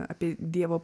apie dievo